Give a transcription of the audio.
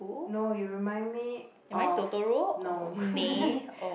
no you remind me of no